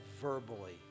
verbally